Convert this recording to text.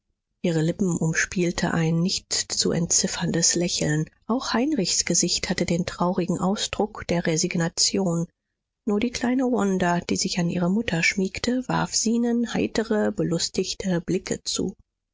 ihre lippen umspielte ein nicht zu entzifferndes lächeln auch heinrichs gesicht hatte den traurigen ausdruck der resignation nur die kleine wanda die sich an ihre mutter schmiegte warf zenon heitere belustigte blicke zu